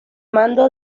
mando